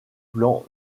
plan